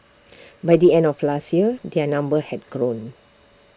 by the end of last year their number had grown